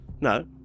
No